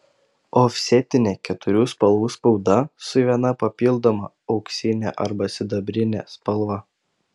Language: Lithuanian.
ofsetinė keturių spalvų spauda su viena papildoma auksine arba sidabrine spalva